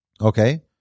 Okay